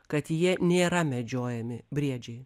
kad jie nėra medžiojami briedžiai